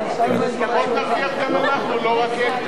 לפחות נרוויח גם אנחנו ולא רק הם.